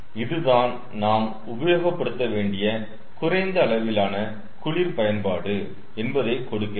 இதுதான் நாம் உபயோகப்படுத்த வேண்டிய குறைந்த அளவிலான குளிர் பயன்பாடு என்பதை கொடுக்கிறது